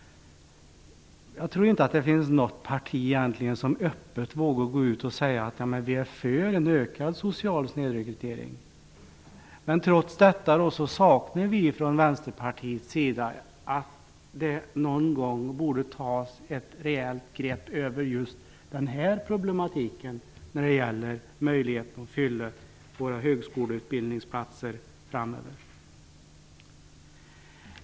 Jag tror inte att det egentligen finns något parti som öppet vågar säga att man är för en ökad social snedrekrytering. Trots detta saknar vi i Vänsterpartiet ett rejält grepp över problematiken att fylla högskoleutbildningsplatserna framöver.